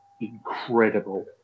incredible